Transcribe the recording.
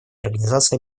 организации